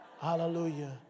Hallelujah